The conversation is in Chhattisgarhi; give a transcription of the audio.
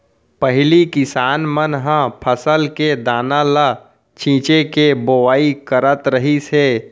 पहिली किसान मन ह फसल के दाना ल छिंच के बोवाई करत रहिस हे